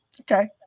Okay